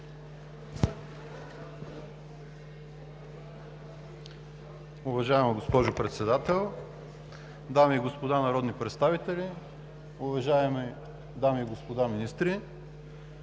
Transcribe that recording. Уважаема госпожо Председател, дами и господа народни представители, уважаеми дами и господа министри!